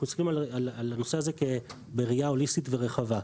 מסתכלים על הנושא הזה בראייה הוליסטית ורחבה.